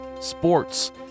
sports